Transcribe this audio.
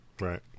Right